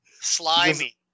Slimy